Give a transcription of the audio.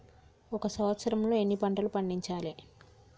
ఒక సంవత్సరంలో ఎన్ని పంటలు పండించాలే?